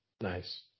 Nice